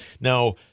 Now